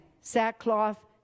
Sackcloth